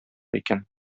икән